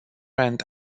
and